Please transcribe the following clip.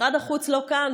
משרד החוץ לא כאן.